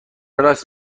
راست